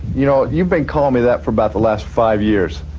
you know, you've been calling me that for about the last five years.